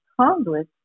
Congress